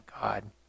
God